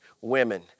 women